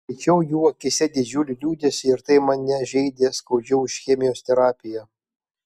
skaičiau jų akyse didžiulį liūdesį ir tai mane žeidė skaudžiau už chemijos terapiją